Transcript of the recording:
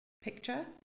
picture